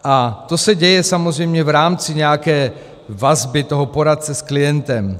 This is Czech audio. A to se děje samozřejmě v rámci nějaké vazby toho poradce s klientem.